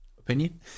opinion